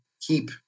keep